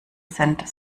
sind